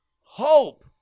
hope